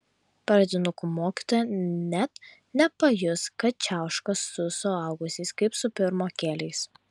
pradinukų mokytoja net nepajus kad čiauška su suaugusiais kaip su pirmokėliais